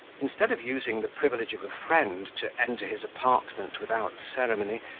instead of using the privilege of a friend, to enter his apartment without ceremony,